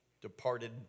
departed